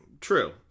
True